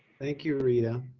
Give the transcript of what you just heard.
thank you, rita.